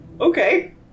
Okay